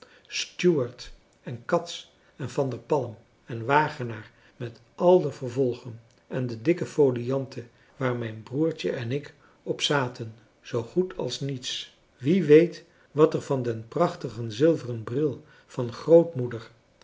stuart en cats en van der palm en wagenaar met al de vervolgen en de dikke folianten waar mijn broertje en ik op zaten zoogoed als niets wie weet wat er van den prachtigen zilveren bril van grootmoeder